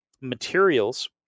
materials